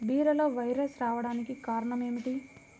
బీరలో వైరస్ రావడానికి కారణం ఏమిటి?